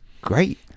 great